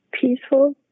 Peaceful